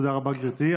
תודה רבה, גברתי.